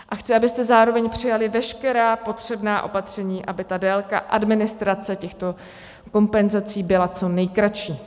A chci, abyste zároveň přijali veškerá potřebná opatření, aby délka administrace těchto kompenzací byla co nejkratší.